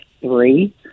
three